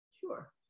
Sure